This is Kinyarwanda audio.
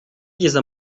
igize